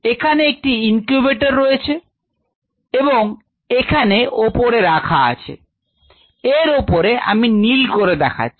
এখানে একটি ইনকিউবেটর রয়েছে এবং এখানে ওপরে রাখা আছে এর ওপরে আমি নীল করে দেখাচ্ছি